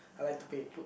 I like to pay put